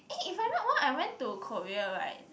eh if I not wrong I went to Korea [right]